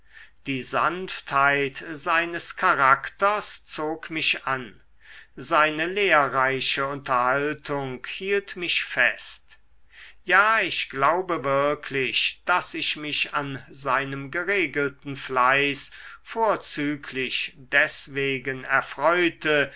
die sanftheit seines charakters zog mich an seine lehrreiche unterhaltung hielt mich fest ja ich glaube wirklich daß ich mich an seinem geregelten fleiß vorzüglich deswegen erfreute